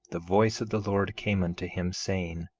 the voice of the lord came unto him, saying